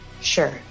Sure